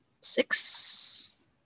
Six